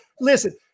Listen